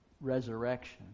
resurrection